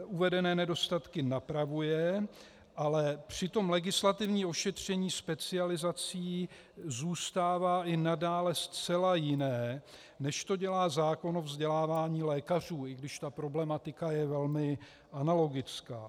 Uvedené nedostatky napravuje, ale přitom legislativní ošetření specializací zůstává i nadále zcela jiné, než to dělá zákon o vzdělávání lékařů, i když ta problematika je velmi analogická.